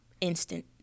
instant